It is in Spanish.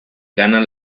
gana